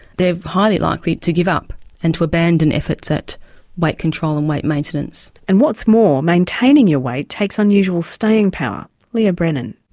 they are highly likely to give up and abandon efforts at weight control and weight maintenance. and what's more maintaining your weight takes unusual staying power leah brennan.